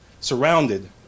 surrounded